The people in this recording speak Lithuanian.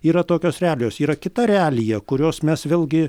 yra tokios realijos yra kita realija kurios mes vėlgi